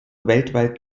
weltweit